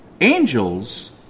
angels